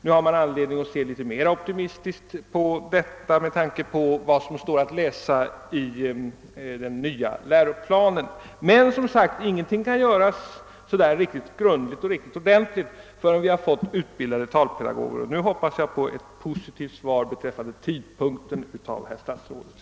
Nu finns anledning att se litet mera optimistiskt på detta senare med tanke på vad som står att läsa i den nya läro planen. Men, som sagt, ingenting kan göras riktigt grundligt och ordentligt förrän vi har fått utbildade talpedagoger. Jag hoppas få ett positivt svar av herr statsrådet beträffande tidpunkten.